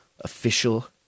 Official